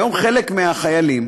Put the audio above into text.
היום חלק מהחיילים,